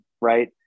right